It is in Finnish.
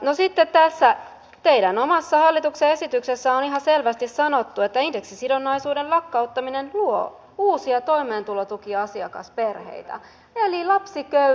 no sitten tässä teidän omassa hallituksen esityksessä on ihan selvästi sanottu että indeksisidonnaisuuden lakkauttaminen luo uusia toimeentulotukiasiakasperheitä eli lapsiköyhyys lisääntyy